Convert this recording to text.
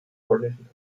polnischen